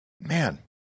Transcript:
Man